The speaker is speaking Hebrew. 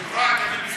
כפרט אני מסתדר,